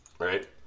Right